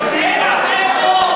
אין לכם רוב,